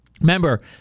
Remember